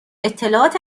اطلاعات